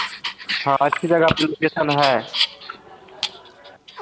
हाँ अच्छी जगह पर लोकेशन है